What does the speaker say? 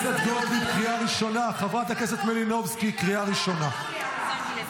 חברת הכנסת מלינובסקי, סיימת לדבר עכשיו.